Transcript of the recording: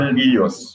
videos